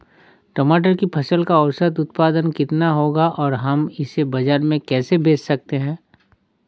टमाटर की फसल का औसत उत्पादन कितना होगा और हम इसे बाजार में कैसे बेच सकते हैं?